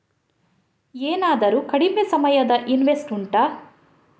ಏನಾದರೂ ಕಡಿಮೆ ಸಮಯದ ಇನ್ವೆಸ್ಟ್ ಉಂಟಾ